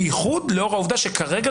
בייחוד לאור העובדה שכרגע,